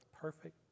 perfect